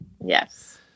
Yes